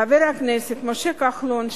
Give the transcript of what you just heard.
חבר הכנסת משה כחלון,